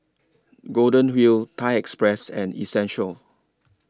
Golden Wheel Thai Express and Essential